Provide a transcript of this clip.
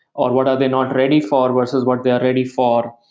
or what are they not ready for, versus what they are ready for.